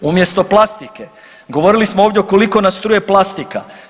Umjesto plastike govorili smo ovdje koliko nas truje planika.